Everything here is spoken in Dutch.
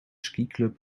skiclub